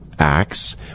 Acts